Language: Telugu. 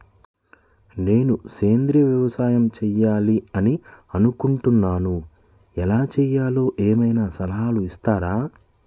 నేను సేంద్రియ వ్యవసాయం చేయాలి అని అనుకుంటున్నాను, ఎలా చేయాలో ఏమయినా సలహాలు ఇస్తారా?